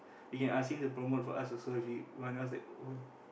we can ask him to promote for us also if he want us oh